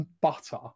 butter